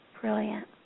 Brilliant